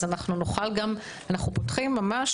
אז אנחנו פותחים ממש